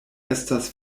estas